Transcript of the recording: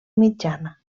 mitjana